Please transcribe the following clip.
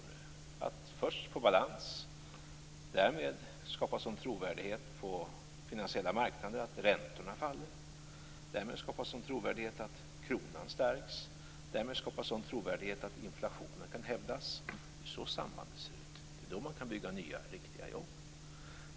Vi måste först uppnå balans, och därmed skapa sådan trovärdighet på de finansiella marknaderna att räntorna faller. Därmed skapar vi sådan trovärdighet att kronan stärks. Därmed skapar vi sådan trovärdighet att inflationen kan hävas. Det är så sambanden ser ut. Det är då man kan bygga nya riktiga jobb.